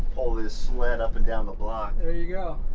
pull this sled up and down the block. there you go.